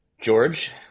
George